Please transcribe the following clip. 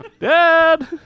Dad